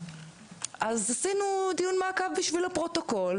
אז עשינו דיון מעקב בשביל הפרוטוקול,